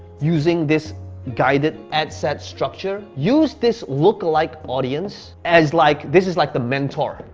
using this guided ad set structure? use this lookalike audience as like, this is like the mentor,